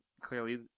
clearly